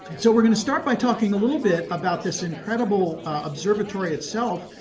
so we're going to start by talking a little bit about this incredible observatory itself.